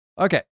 okay